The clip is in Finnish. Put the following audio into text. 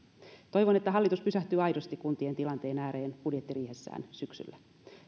toivon että hallitus pysähtyy aidosti kuntien tilanteen ääreen budjettiriihessään syksyllä